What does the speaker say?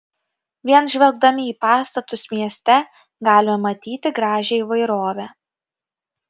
vien žvelgdami į pastatus mieste galime matyti gražią įvairovę